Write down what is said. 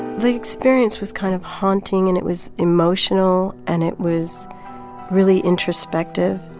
the experience was kind of haunting. and it was emotional. and it was really introspective.